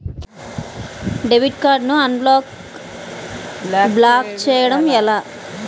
Debit card ను unblock block చేయటం ఎలా?